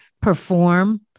perform